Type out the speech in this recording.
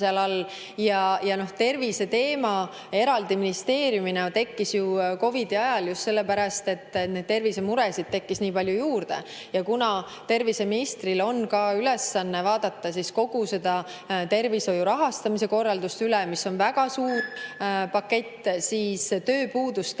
et terviseteema oleks eraldi ministeeriumis, tekkis ju COVID‑i ajal, just sellepärast, et neid tervisemuresid tekkis nii palju juurde. Kuna terviseministril on ka ülesanne vaadata üle kogu tervishoiu rahastamise korraldus, mis on väga suur pakett, siis tööpuudust